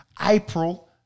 April